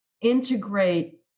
integrate